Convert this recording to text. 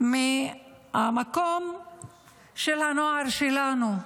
מהמקום של הנוער שלנו,